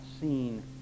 seen